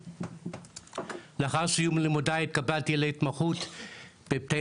לאחר סיום לימודי התקבלתי להתמחות בבתי